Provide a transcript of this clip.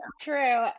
true